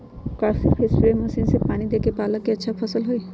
का सिर्फ spray machine से पानी देके पालक के अच्छा फसल होई?